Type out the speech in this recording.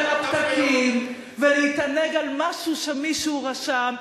ועל הפתקים ולהתענג על משהו שמישהו רשם.